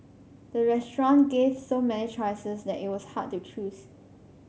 the restaurant gave so many choices that it was hard to choose